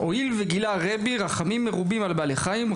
ובעקבות כך אמרו בשמיים כי הואיל וגילה רבי רחמים מרובים על בעלי חיים,